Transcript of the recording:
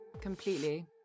Completely